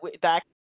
back